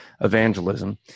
evangelism